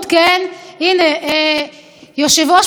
יושב-ראש מפלגת מרצ עוזבת,